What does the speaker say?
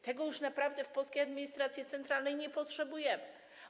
Tego już naprawdę w polskiej administracji centralnej nie potrzebujemy.